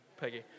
Peggy